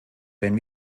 wenn